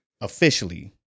officially